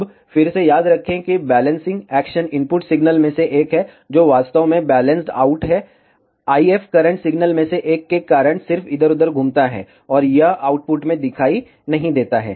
अब फिर से याद रखें कि बैलेंसिंग एक्शन इनपुट सिग्नल में से एक है जो वास्तव में बैलेंस्ड आउट है IF करंट सिग्नल में से एक के कारण सिर्फ इधर उधर घूमता है और यह आउटपुट में दिखाई नहीं देता है